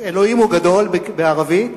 אלוהים הוא גדול, בערבית,